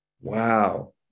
Wow